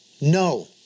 no